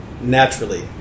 naturally